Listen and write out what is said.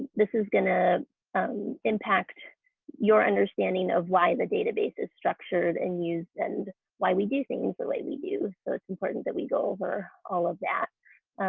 this is going to impact your understanding of why the database is structured and used and why we do things the way we do so it's important that we go over all of that.